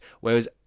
Whereas